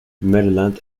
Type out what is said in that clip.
maryland